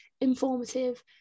informative